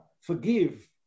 forgive